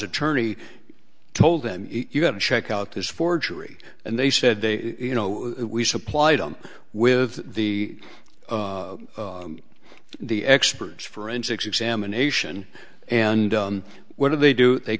attorney told them you have to check out this forgery and they said they you know we supplied them with the the experts forensics examination and what do they do they